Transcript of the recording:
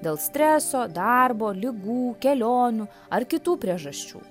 dėl streso darbo ligų kelionių ar kitų priežasčių